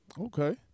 okay